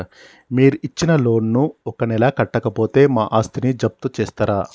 మీరు ఇచ్చిన లోన్ ను ఒక నెల కట్టకపోతే మా ఆస్తిని జప్తు చేస్తరా?